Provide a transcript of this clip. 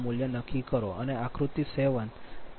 35 Pi0 0